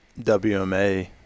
WMA